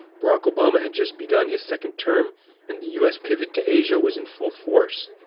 barack obama had just begun his second term and the us pivot to asia was in full force.